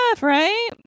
right